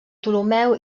ptolemeu